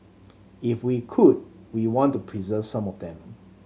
if we could we want to preserve some of them